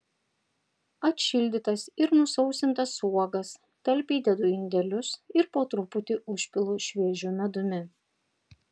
atšildytas ir nusausintas uogas talpiai dedu į indelius ir po truputį užpilu šviežiu medumi